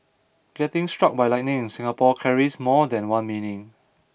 getting struck by lightning in Singapore carries more than one meaning